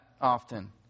often